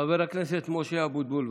חבר הכנסת משה אבוטבול,